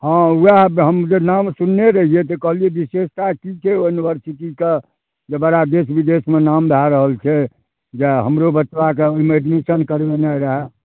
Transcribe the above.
हँ उएह हम तऽ नाम सुनने रहियै तऽ कहलियै विशेषता की छै युनिवर्सिटीके जे बड़ा देश विदेशमे नाम भए रहल छै आ हमरो बचवाके ओहिमे एडमिशन करौने रहए